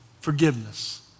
forgiveness